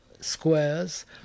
squares